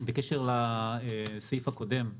בקשר לסעיף הקודם,